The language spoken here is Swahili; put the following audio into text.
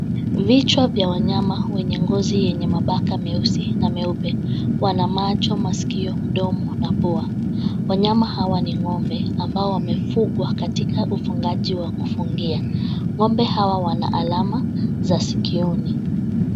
Vichwa vya wanyama wenye ngozi yenye mabaka meusi na meupe. Wana macho, masikio, mdomo na pua. Wanyama hawa ni ng'ombe ambao wamefugwa katika ufungaji wa kufungia. Ng'ombe hawa wana alama za sikioni.